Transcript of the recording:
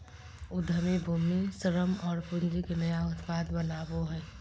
उद्यमी भूमि, श्रम और पूँजी के नया उत्पाद बनावो हइ